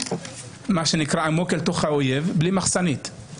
מה שנקרא "עמוק אל תוך האויב", בלי מחסנית.